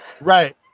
Right